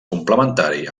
complementari